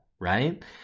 right